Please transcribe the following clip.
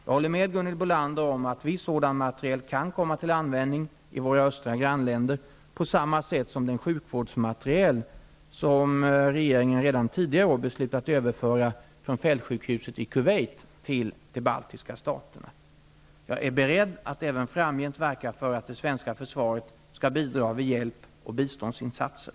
Jag håller med Gunhild Bolander om att viss sådan materiel kan komma till användning i våra östra grannländer på samma sätt som den sjukvårdsmateriel regeringen tidigare i år beslutat överföra från fältsjukhuset i Kuwait till de baltiska staterna. Jag är beredd att även framgent verka för att det svenska försvaret skall bidra vid hjälp och biståndsinsatser.